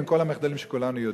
עם כל המחדלים שכולנו יודעים?